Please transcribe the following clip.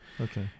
Okay